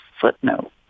footnote